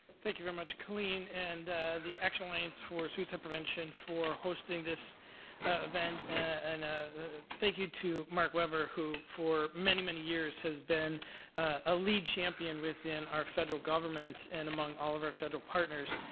much colleen, and the action alliance for suicide prevention, for hosting this event. and ah thank you to mark weber, who for many, many years has been a lead champion within our federal government, and among all of our federal partners,